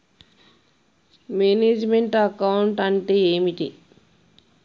Manage meant account అంటే ఏమిటి?